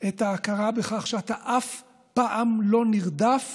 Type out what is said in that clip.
את ההכרה בכך שאתה אף פעם לא נרדף